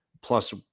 Plus